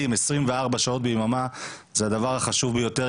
24 שעות ביממה זה הדבר החשוב ביותר.